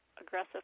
aggressive